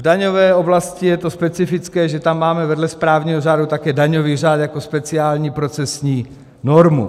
V daňové oblasti je specifické, že máme vedle správního řádu také daňový řád jako speciální procesní normu.